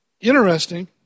Interesting